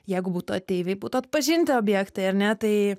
jeigu būtų ateiviai būtų atpažinti objektai ar ne tai